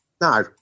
No